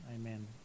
amen